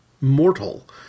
mortal